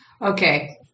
Okay